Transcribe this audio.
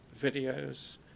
videos